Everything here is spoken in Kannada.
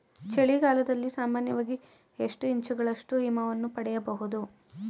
ಚಳಿಗಾಲದಲ್ಲಿ ಸಾಮಾನ್ಯವಾಗಿ ಎಷ್ಟು ಇಂಚುಗಳಷ್ಟು ಹಿಮವನ್ನು ಪಡೆಯಬಹುದು?